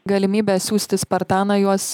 galimybė siųsti spartaną juos